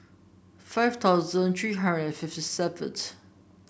five thousand three hundred and fifty seventh